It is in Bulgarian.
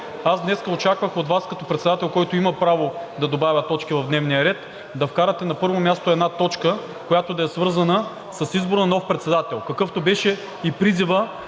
Аз днес очаквах от Вас като председател, който има право да добавя точки в дневния ред, да вкарате на първо място една точка, която да е свързана с избора на нов председател, какъвто беше и призивът